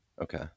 Okay